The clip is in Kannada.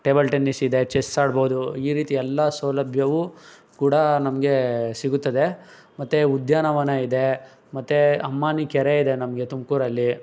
ಟೇಬಲ್ ಟೆನ್ನಿಸ್ ಇದೆ ಚೆಸ್ ಆಡ್ಬೌದು ಈ ರೀತಿ ಎಲ್ಲ ಸೌಲಭ್ಯವು ಕೂಡ ನಮಗೆ ಸಿಗುತ್ತದೆ ಮತ್ತು ಉದ್ಯಾನವನ ಇದೆ ಮತ್ತು ಅಮಾನಿ ಕೆರೆ ಇದೆ ನಮಗೆ ತುಮಕೂರಲ್ಲಿ